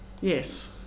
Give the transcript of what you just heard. yes